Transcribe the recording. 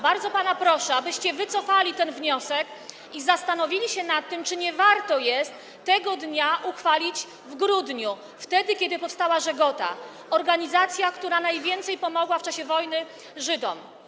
Bardzo pana proszę, abyście wycofali ten wniosek i zastanowili się nad tym, czy nie warto jest tego dnia ustanowić w grudniu, wtedy kiedy powstała „Żegota”, organizacja, która najwięcej pomogła w czasie wojny Żydom.